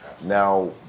now